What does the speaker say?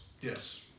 Yes